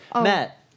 Matt